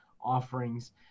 offerings